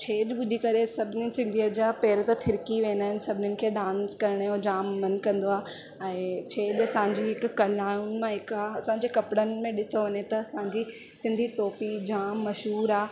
छेज ॿुधी करे सभिनीनि सिंधीअ जा पेर त थिरकी वेंदा आहिनि सभिनीनि खे डांस करण जो जाम मन कंदो आहे ऐं छेज असांजी हिकु कलाउनि मां हिकु आहे असांजे कपिड़नि में ॾिसो वञे त असांजी सिंधी टोपी जाम मशहूरु आहे